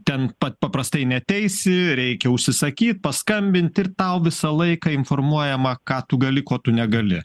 ten pat paprastai neteisi reikia užsisakyt paskambint ir tau visą laiką informuojama ką tu gali ko tu negali